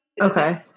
Okay